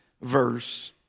verse